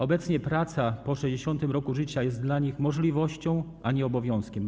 Obecnie praca po 60. roku życia jest dla nich możliwością, a nie obowiązkiem.